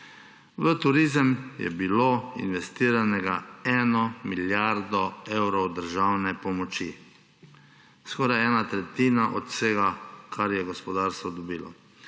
V turizem je bila investirana 1 milijarda evrov državne pomoči, skoraj ena tretjina od vsega, kar je gospodarstvo dobilo.